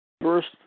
first